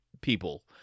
people